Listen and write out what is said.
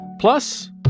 Plus